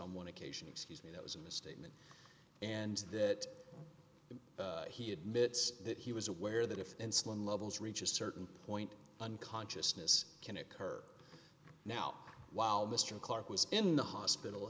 on one occasion excuse me that was a misstatement and that he admits that he was aware that if insulin levels reach a certain point unconsciousness can occur now while mr clarke was in the hospital